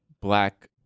black